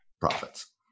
profits